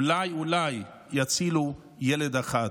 אולי אולי יצילו ילד אחד.